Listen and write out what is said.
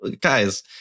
guys